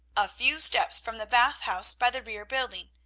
a few steps from the bath house by the rear building,